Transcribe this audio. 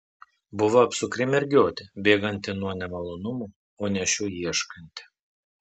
buvo apsukri mergiotė bėganti nuo nemalonumų o ne šių ieškanti